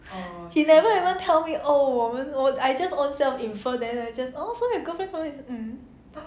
he never ever tell me oh 我们 oh I just own self infer then I oh your girlfriend coming he say mm